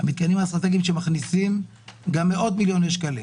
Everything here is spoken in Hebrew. שמכניסים מאות מיליוני שקלים